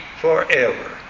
forever